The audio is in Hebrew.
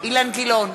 אילן גילאון,